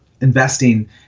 investing